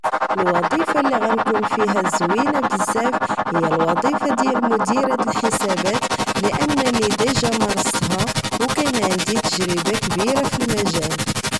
الوظيفة لي غانكون فيها زوينة بزاف هي وظيفة ديال مديرة الحسابات لأنني ديجا مارستها أو كاينة عندي تجربة كبيرة فالمجال